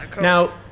Now